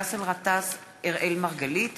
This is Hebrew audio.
באסל גטאס ואראל מרגלית